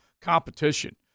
Competition